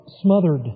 smothered